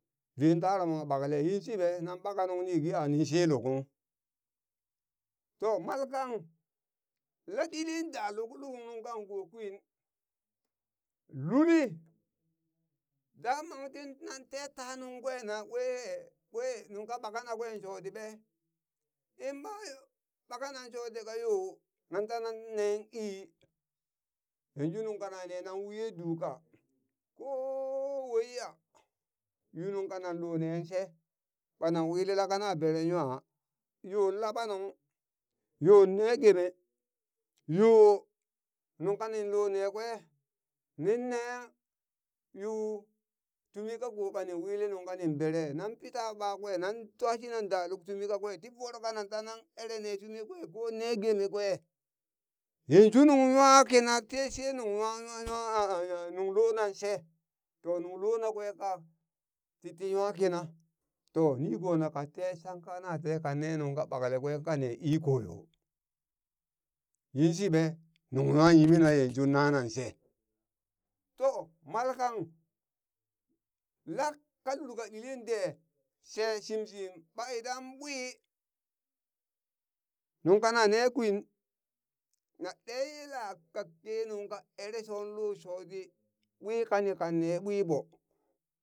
Ven tara mwa ɓakale yinshiɓe nan ɓaka nuŋ ni ge an she lukung, to mal kang la ɗili da luk nunkangko kwin luli damang tin nan te ta nungkwe nan kwe kwe nungka ɓakana kwe shoti ɓe, in ma ɓakana shoti ka yo, nan tanan ne ii yanju nungka nane nan wiye du ka kooo waiya yu nuŋ kanan lo ne she ɓanan wili laka na bere nwa yo laɓa nuŋ, yon ne geme yo nunka ninlo ne kwe nin nanghe yu tumi kako kanin wili nungka ni bere, nan pita ɓakwe nan twa shina da luk tumi kakwe ti voro kanan ta nan ere ne tumi kwe ko ne geme kwe yanju nuŋ nwa kina she nuŋ nwa nung lo nan she to nuŋ lona kwe ka titi nwa kina to nigona kate shangha na te ka ne nungka ɓakle kwe ka ne ii koyo, yinshiɓe nung nwa nyimina yanju nanan she to malkang la ka lul ka ɗilin de she shim shim ɓa idan ɓwi nungka nane kwin na ɗe yela ka kenung ka ere sho lo sho ti ɓwi kani kanne ɓwiɓo